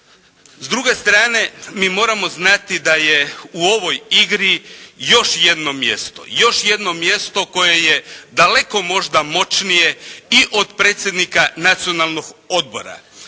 S druge strane mi moramo znati da je u ovoj igri još jedno mjesto, još jedno mjesto koje je daleko možda moćnije i od predsjednika Nacionalnog odbor,